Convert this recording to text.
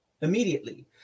immediately